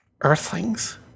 Earthlings